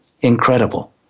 incredible